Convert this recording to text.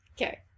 Okay